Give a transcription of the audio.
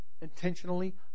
Intentionally